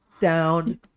down